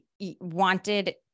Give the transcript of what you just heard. wanted